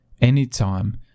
anytime